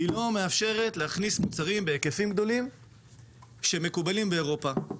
היא לא מאפשרת להכניס מוצרים בהיקפים גדולים שמקובלים באירופה.